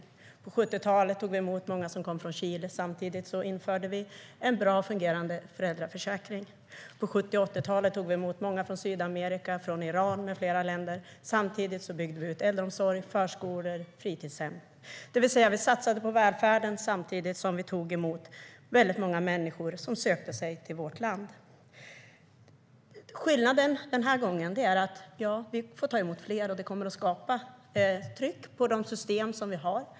På 1970-talet tog vi emot många som kom från Chile, samtidigt som vi införde en bra fungerande föräldraförsäkring. På 1970 och 1980-talen tog vi emot många från Sydamerika, Iran med flera länder, samtidigt som vi byggde ut äldreomsorg, förskolor och fritidshem. Vi satsade alltså på välfärden samtidigt som vi tog emot väldigt många människor som sökte sig till vårt land. Skillnaden den här gången är att vi får ta emot fler och att det kommer att skapa tryck på de system som vi har.